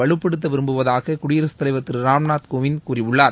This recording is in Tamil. வலுப்படுத்த விரும்புவதாக குடியரசுத் தலைவர் திரு ராம்நாத் கோவிந்த் கூறியுள்ளார்